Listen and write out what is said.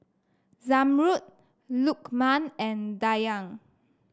Zamrud Lukman and Dayang